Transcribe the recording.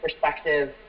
perspective